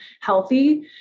healthy